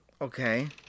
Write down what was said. Okay